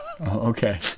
Okay